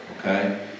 okay